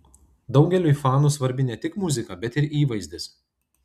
daugeliui fanų svarbi ne tik muzika bet ir įvaizdis